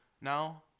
now